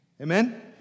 Amen